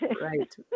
Right